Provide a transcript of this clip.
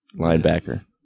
linebacker